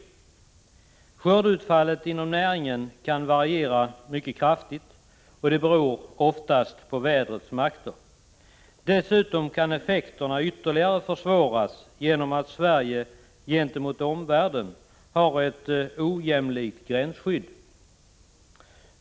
Skördeutfallet inom näringen kan variera mycket kraftigt, och det beror oftast på vädrets makter. Dessutom kan effekterna ytterligare förstärkas på grund av att Sverige gentemot omvärlden har ett ojämlikt gränsskydd.